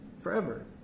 Forever